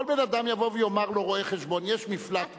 כל בן-אדם יבוא ויאמר לו רואה-חשבון: יש מפלט מס.